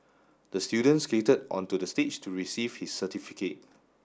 the student skated onto the stage to receive his certificate